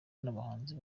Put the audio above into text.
n’abahanzi